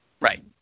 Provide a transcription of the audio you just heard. Right